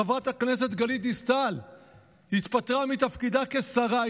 חברת הכנסת גלית דיסטל התפטרה מתפקידה כשרה,